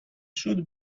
should